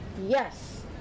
Yes